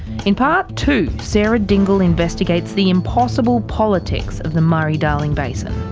in part two, sarah dingle investigates the impossible politics of the murray-darling basin.